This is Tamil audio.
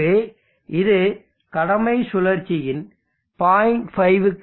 எனவே இது கடமை சுழற்சியின் 0